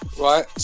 right